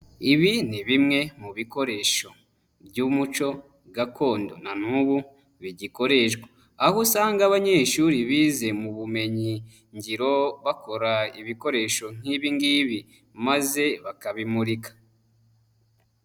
Ibi ni bimwe mu bikoresho by'umuco gakondo na n'ubu bigikoreshwa, aho usanga abanyeshuri bize mu bumenyingiro bakora ibikoresho nk'ibi ngibi maze bakabimurika.